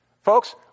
Folks